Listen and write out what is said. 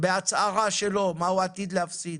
בהצהרה שלו מה הוא עתיד להפסיד.